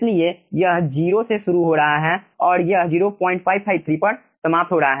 इसलिए यह 0 से शुरू हो रहा है और यह 0553 पर समाप्त हो रहा है